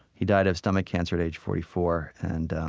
he died of stomach cancer at age forty four. and